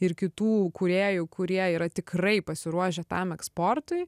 ir kitų kūrėjų kurie yra tikrai pasiruošę tam eksportui